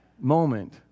moment